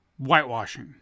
whitewashing